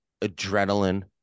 adrenaline